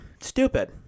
stupid